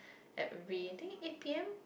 at re~ I think eight p_m